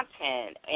content